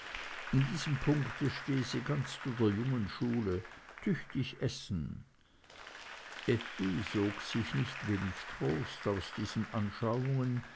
in diesem punkt stehe sie ganz zu der jungen schule tüchtig essen effi sog sich nicht wenig trost aus diesen anschauungen